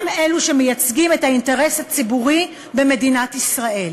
הם אלה שמייצגים את האינטרס הציבורי במדינת ישראל.